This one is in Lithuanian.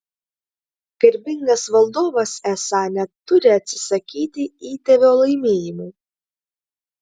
garbingas valdovas esą neturi atsisakyti įtėvio laimėjimų